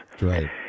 right